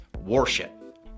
warship